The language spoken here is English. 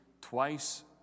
Twice